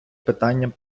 питанням